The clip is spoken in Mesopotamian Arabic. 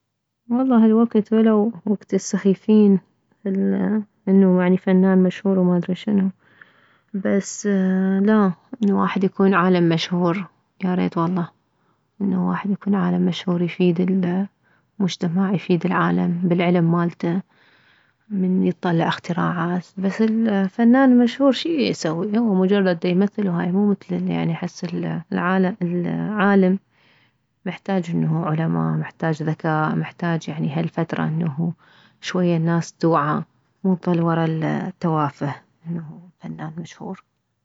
والله هالوكت وولو كت السخيفين انه فنان مشهور وما ادري شنو بس لا الواحد يكون عالم مشهور ياريت والله انه واحد يكون عالم مشهور يفيد المجتمع يفيد العالم بالعلم مالته من يطلع اختراعات بس الفنان المشهور شيسوي هو مجرد ديمثل وهاي مو مثل يعني احس العالم العالم محتاج انه علماء محتاج ذكاء محتاج يعني انه هالفترة شوية الناس توعى مو تظل وره التوافه انه فنان مشهور